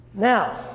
Now